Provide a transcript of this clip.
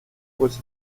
voici